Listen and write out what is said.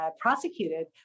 prosecuted